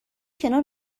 کنار